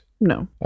no